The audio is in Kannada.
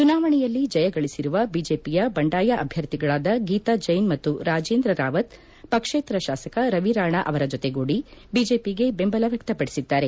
ಚುನಾವಣೆಯಲ್ಲಿ ಜಯಗಳಿಸಿರುವ ಬಿಜೆಪಿಯ ಬಂಡಾಯ ಅಭ್ವರ್ಥಿಗಳಾದ ಗೀತಾ ಜೈನ್ ಮತ್ತು ರಾಜೇಂದ್ರ ರಾವತ್ ಪಕ್ಷೇತರ ಶಾಸಕ ರವಿರಾಣಾ ಅವರ ಜೊತೆಗೂಡಿ ಬಿಜೆಪಿಗೆ ಬೆಂಬಲ ವ್ಯಕ್ತಪಡಿಸಿದ್ದಾರೆ